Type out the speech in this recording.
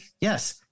yes